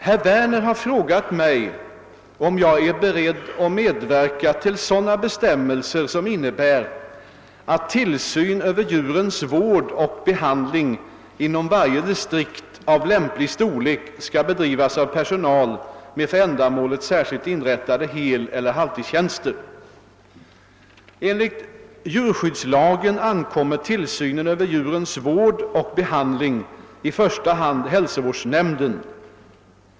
Herr Werner har frågat mig om jag är beredd medverka till sådana bestämmelser som innebär att tillsyn över djurens vård och behandling inom varje distrikt av lämplig storlek skall bedrivas av personal med för än tillsynen över djurens vård och behandling i första hand hälsovårdsnämnden.